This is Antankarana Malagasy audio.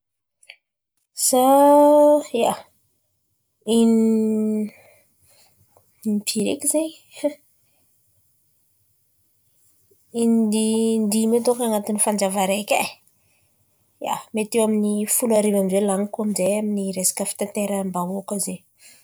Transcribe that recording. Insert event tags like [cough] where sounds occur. Izaho, ià, impiry eky zen̈y? [laughs] In-dimy eo dônko an̈atiny fanjava araiky e, ia, mety eo amin'ny folo arivo eo amin'izay lan̈iko amin'izay amin'ny resaka fitateram-bahoaka zen̈y.